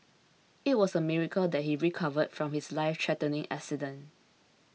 it was a miracle that he recovered from his lifethreatening accident